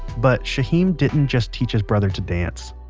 but shaheem didn't just teach his brother to dance,